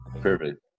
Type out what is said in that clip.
Perfect